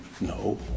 No